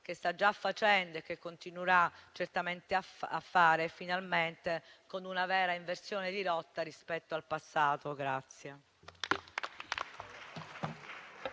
che sta già facendo e che continuerà certamente a fare, finalmente con una vera inversione di rotta rispetto al passato.